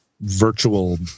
virtual